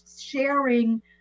sharing